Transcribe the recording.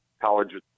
college